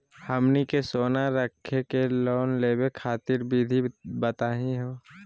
हमनी के सोना रखी के लोन लेवे खातीर विधि बताही हो?